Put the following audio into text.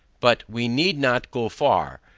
but we need not go far,